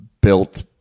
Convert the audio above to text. built